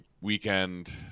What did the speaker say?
weekend